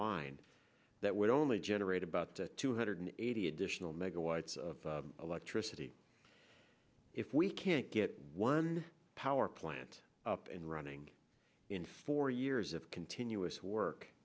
line that would only generate about two hundred eighty additional megawatts of electricity if we can't get one power plant up and running in four years of continuous work